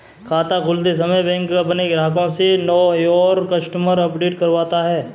खाता खोलते समय बैंक अपने ग्राहक से नो योर कस्टमर अपडेट करवाता है